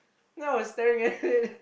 then I was staring at it